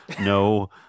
no